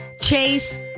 Chase